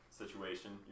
situation